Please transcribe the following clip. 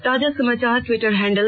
ताजा समाचार Twitter handle